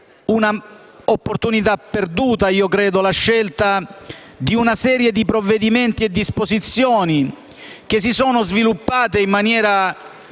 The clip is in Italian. un'opportunità perduta, credo, la scelta di una serie di provvedimenti e disposizioni, che si sono sviluppati in maniera